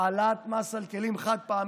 העלאת המס על כלים חד-פעמיים.